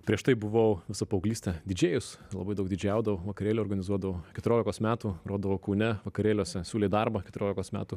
prieš tai buvau visą paauglystę didžėjus labai daug didžėjaudavau vakarėlių organizuodavau keturiolikos metų grodavau kaune vakarėliuose siūlė darbą keturiolikos metų